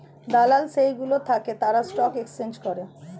দালাল যেই গুলো থাকে তারা স্টক এক্সচেঞ্জ করে